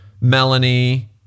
Melanie